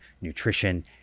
nutrition